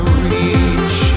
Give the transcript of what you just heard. reach